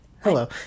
Hello